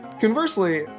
Conversely